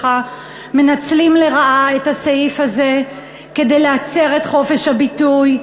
מנצלים לרעה את הסעיף הזה כדי להצר את חופש הביטוי,